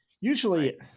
usually